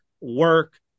work